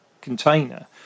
container